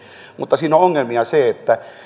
mutta siinä on ongelmana se että